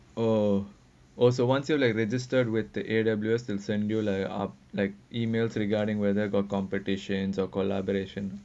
oh oh so once you're like registered with the area oblivious to send you are like emails regarding whether got competitions or collaboration